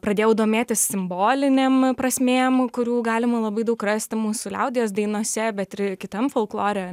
pradėjau domėtis simbolinėm prasmėm kurių galima labai daug rasti mūsų liaudies dainose bet ir kitam folklore